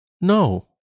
no